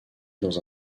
dans